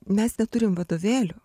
mes neturim vadovėlių